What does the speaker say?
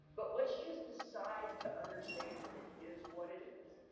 but let's just decide to understand it is what it is